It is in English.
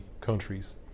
countries